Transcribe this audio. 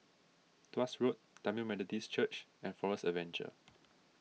Tuas Road Tamil Methodist Church and Forest Adventure